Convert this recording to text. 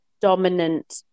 dominant